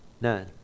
None